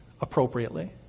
appropriately